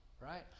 right